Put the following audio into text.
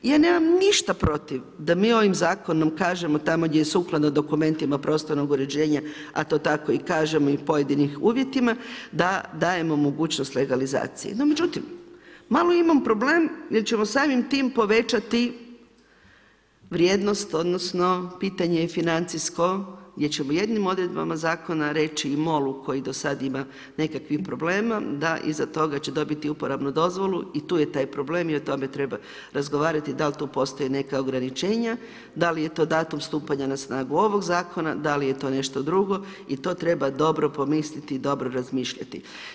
Ja nemam ništa protiv da mi ovim zakonom kažemo tamo gdje je sukladno dokumentima prostornog uređenja a to tako i kažemo i pojedinih uvjeta, da dajemo mogućnost legalizacije no međutim, malo imam problem jer ćemo samim tim povećati vrijednost odnosno pitanje financijsko gdje ćemo jednim odredbama zakona reći MOL-u koji do sada ima nekakvih problema da iza toga će dobiti uporabnu dozvolu i tu je tak problem i o tome treba razgovarati, dal' tu postoje neka ograničenja, da li je to datum stupanja na snagu ovog zakona, da li je to nešto drugo i to treba dobro promisliti i dobro razmišljati.